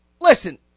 listen